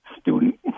student